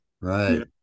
right